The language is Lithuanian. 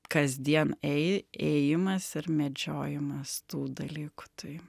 kasdien ėj ėjimas ir medžiojimas tų dalykų tai